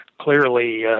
clearly